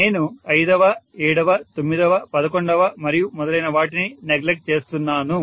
నేను ఐదవ ఏడవ తొమ్మిదవ పదకొండవ మరియు మొదలైన వాటిని నెగ్లెక్ట్ చేస్తున్నాను